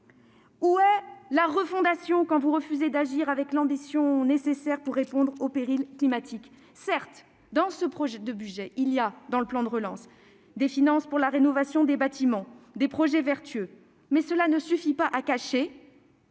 Où est la refondation quand vous refusez d'agir avec l'ambition nécessaire pour répondre au péril climatique ?